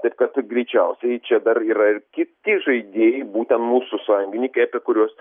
taip kad greičiausiai čia dar yra ir kiti žaidėjai būtent mūsų sąjungininkai apie kuriuos